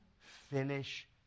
Finish